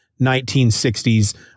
1960s